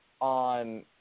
on